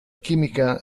chimica